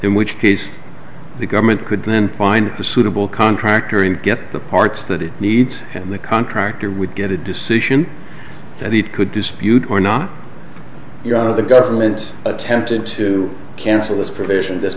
in which case the government could then find a suitable contractor and get the parts that it needs and the contractor would get a decision that he could dispute or not you're out of the government attempted to cancel this provision this